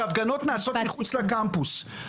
שהפגנות נעשות מחוץ לקמפוס.